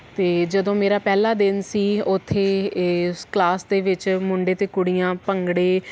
ਅਤੇ ਜਦੋਂ ਮੇਰਾ ਪਹਿਲਾ ਦਿਨ ਸੀ ਉੱਥੇ ਇਸ ਕਲਾਸ ਦੇ ਵਿੱਚ ਮੁੰਡੇ ਅਤੇ ਕੁੜੀਆਂ ਭੰਗੜੇ